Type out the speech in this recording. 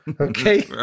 Okay